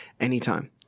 anytime